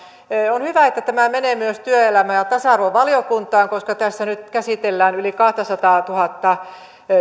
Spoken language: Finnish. on hyvä että tämä menee myös työelämä ja ja tasa arvovaliokuntaan koska tässä nyt käsitellään yli kahtasataatuhatta